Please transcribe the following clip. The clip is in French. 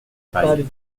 peille